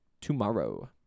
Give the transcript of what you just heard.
tomorrow